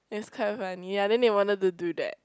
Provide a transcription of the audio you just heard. it was quite funny yeah then they wanted to do that